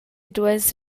duess